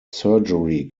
surgery